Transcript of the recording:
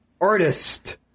artist